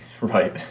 Right